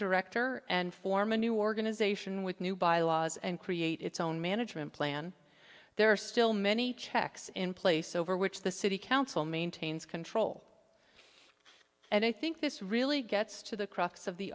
director and form a new organization with new bylaws and create its own management plan there are still many checks in place over which the city council maintains control and i think this really gets to the crux of the